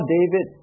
David